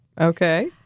Okay